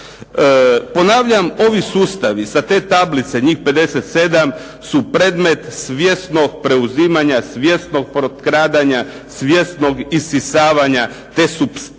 Ponavljam ovi sustavi sa te tablice njih 57 su predmet svjesnom preuzimanja, svjesnom potkradanja, svjesnog isisavanja te nacionalne